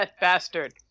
bastard